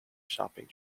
shopping